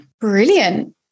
Brilliant